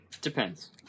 Depends